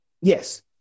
Yes